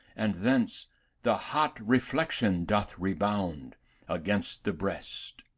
and thence the hot reflection doth rebound against the breast,